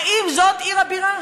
האם זאת עיר הבירה?